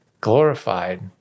glorified